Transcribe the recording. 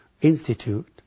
institute